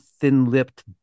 thin-lipped